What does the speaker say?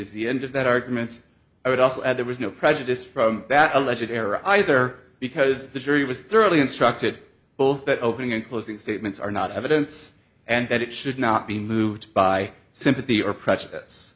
is the end of that argument i would also add there was no prejudice from that a legit error either because the jury was thoroughly instructed both that opening and closing statements are not evidence and that it should not be moved by sympathy or prejudice